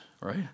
right